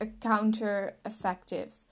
counter-effective